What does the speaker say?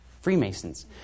Freemasons